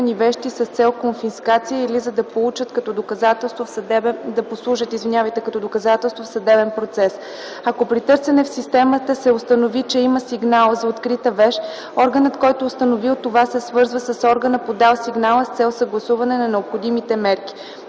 Ако при търсене в системата се установи, че има сигнал за открита вещ, органът който е установил това, се свързва с органа, подал сигнала, с цел съгласуване на необходимите мерки.